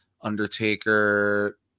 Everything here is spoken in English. Undertaker